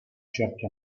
certi